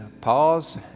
pause